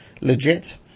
legit